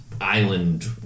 island